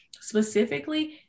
specifically